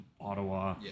Ottawa